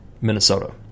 Minnesota